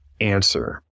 answer